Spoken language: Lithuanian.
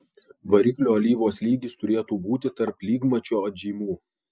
variklio alyvos lygis turėtų būti tarp lygmačio atžymų